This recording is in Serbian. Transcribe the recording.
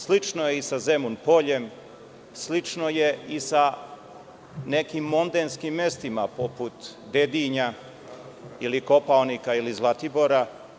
Slično je i sa Zemun poljem, slično je i sa nekim mondenskim mestima poput Dedinja, ili Kopaonika, ili Zlatibora.